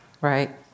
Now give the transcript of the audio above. Right